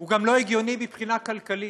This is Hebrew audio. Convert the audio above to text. הוא גם לא הגיוני מבחינה כלכלית,